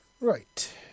Right